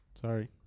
Sorry